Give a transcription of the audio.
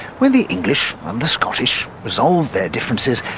when the english and the scottish resolved their differences,